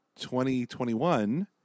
2021